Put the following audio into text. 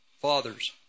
fathers